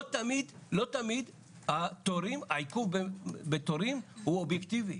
לא תמיד העיכוב בתורים הוא אובייקטיבי.